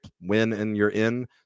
win-and-you're-in